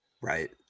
Right